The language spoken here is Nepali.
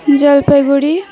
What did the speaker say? जलपाइगुडी